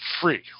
free